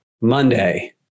Monday